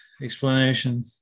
explanation